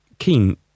keen